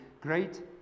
Great